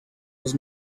was